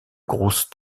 grosse